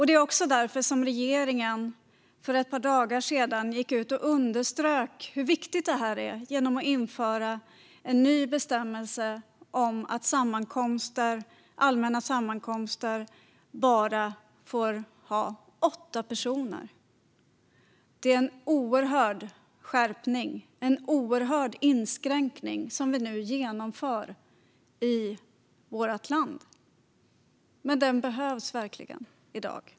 Det var också därför som regeringen för ett par dagar sedan gick ut och underströk hur viktigt detta är genom att införa en ny bestämmelse om att allmänna sammankomster bara får ha åtta personer. Det är en oerhörd skärpning, en oerhörd inskränkning, som vi nu genomför i vårt land. Men den behövs verkligen i dag.